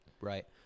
Right